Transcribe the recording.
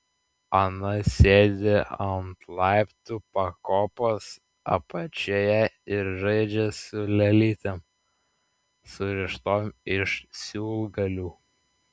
ana sėdi ant laiptų pakopos apačioje ir žaidžia su lėlytėm surištom iš siūlgalių